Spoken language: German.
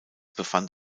befand